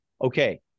okay